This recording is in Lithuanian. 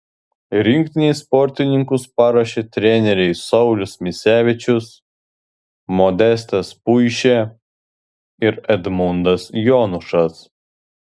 rinktinei sportininkus paruošė treneriai saulius misevičius modestas puišė ir edmundas jonušas